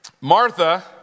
Martha